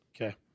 Okay